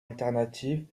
alternatives